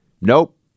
Nope